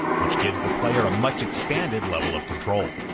which gives the player a much-expanded level of control.